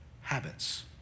Habits